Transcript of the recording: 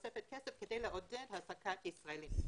תוספת כסף כדי לעודד העסקת ישראלים.